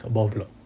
kat bawah block